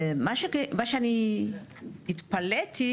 מה שאני התפלאתי,